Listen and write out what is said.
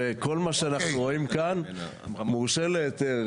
וכל מה שאנחנו רואים כאן מורשה להיתר,